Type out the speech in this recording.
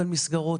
על מסגרות.